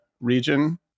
region